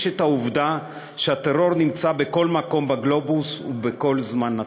את העובדה שהטרור נמצא בכל מקום בגלובוס ובכל זמן נתון.